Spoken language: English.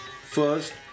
first